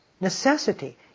necessity